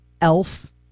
Elf